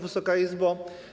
Wysoka Izbo!